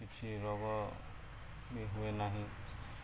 କିଛି ରୋଗ ବି ହୁଏ ନାହିଁ